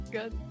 Good